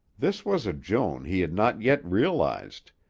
this was a joan he had not yet realized,